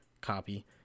Copy